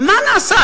מה נעשה?